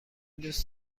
دوست